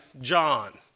John